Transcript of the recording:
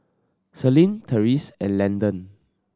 Selene Terese and Landon